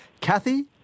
Kathy